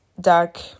dark